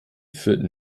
führten